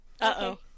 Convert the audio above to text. Uh-oh